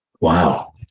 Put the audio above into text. Wow